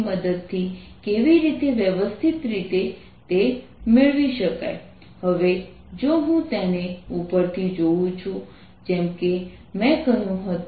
cosθ Vr r30 cosθ for r≤R R330 cosθr2 for r≥R તો શું